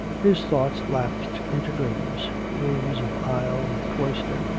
his thoughts lapsed into dreams dreams of aisle and cloister,